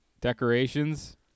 decorations